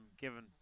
given